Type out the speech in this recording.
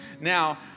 now